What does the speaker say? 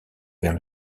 vers